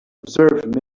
observe